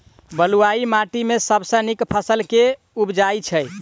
बलुई माटि मे सबसँ नीक फसल केँ उबजई छै?